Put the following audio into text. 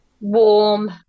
warm